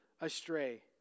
astray